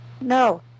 No